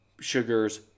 sugars